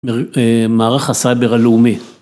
מערך הסייבר הלאומי.